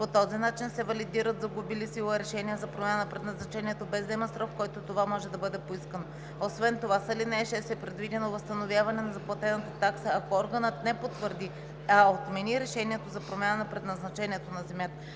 По този начин се валидират загубили сила решения за промяна на предназначението без да има срок, в който това може да бъде поискано. Освен това, с ал. 6 е предвидено възстановяване на заплатената такса, ако органът не потвърди, а отмени решението за промяна на предназначението на земята.